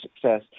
success